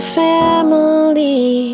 family